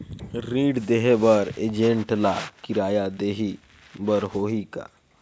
ऋण देहे बर एजेंट ला किराया देही बर होही का?